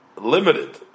limited